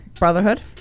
brotherhood